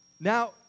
now